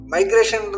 Migration